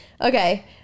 Okay